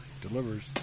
Delivers